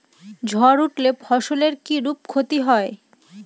ঝড় উঠলে ফসলের কিরূপ ক্ষতি হয়?